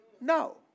No